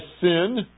sin